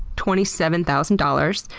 twenty seven thousand dollars.